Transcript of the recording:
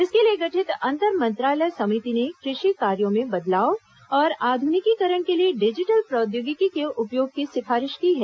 इसके लिए गठित अंतर मंत्रालय समिति ने कृषि कार्यों में बदलाव और आधुनिकीकरण के लिए डिजिटल प्रौद्योगिकी के उपयोग की सिफारिश की है